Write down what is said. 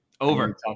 over